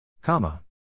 Comma